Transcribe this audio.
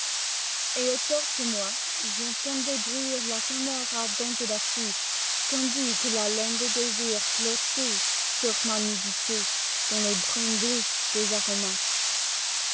et autour de moi j'entendais bruire la rumeur ardente de la foule tandis que l'haleine des désirs flottait sur ma nudité dans les brumes bleues des aromates